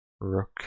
rook